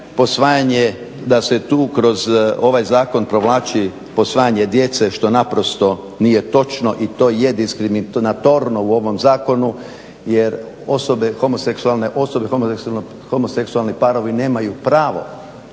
posvajanje, da se tu kroz ovaj zakon provlači posvajanje djece što naprosto nije točno i to je diskriminatorno u ovom zakonu jer osobe, homoseksualne osobe, homoseksualni parovi nemaju pravo